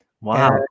Wow